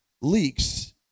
leaks